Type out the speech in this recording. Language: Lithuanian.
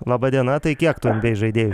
laba diena tai kiek tų nba žaidėjų